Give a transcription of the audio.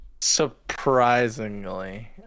Surprisingly